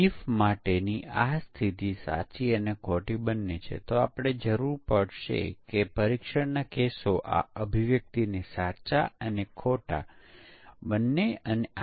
હવે તેના આધારે ચાલો જોઈએ કે આપણે પરીક્ષણનાં કેસો કેવી રીતે ડિઝાઇન કરીએ